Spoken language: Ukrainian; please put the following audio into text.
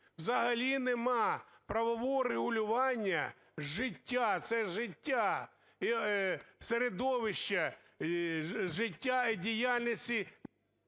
взагалі немає правового регулювання життя, це життя середовища, життя і діяльності…